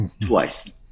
twice